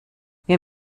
wir